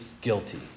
guilty